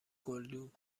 گلدون